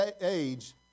age